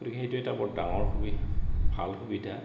গতিকে সেইটো এটা বৰ ডাঙৰ সুবিধা ভাল সুবিধা